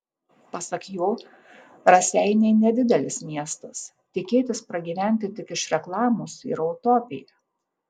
pasak jo raseiniai nedidelis miestas tikėtis pragyventi tik iš reklamos yra utopija